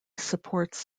supports